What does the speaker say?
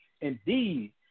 Indeed